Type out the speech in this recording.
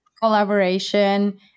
collaboration